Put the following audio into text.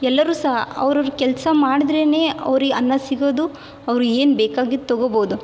ಎಲ್ಲರೂ ಸಹ ಅವ್ರವ್ರ ಕೆಲಸ ಮಾಡ್ದ್ರೇ ಅವ್ರಿಗೆ ಅನ್ನ ಸಿಗೋದು ಅವ್ರು ಏನು ಬೇಕಾಗಿದ್ದು ತಗೊಬೋದು